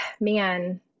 Man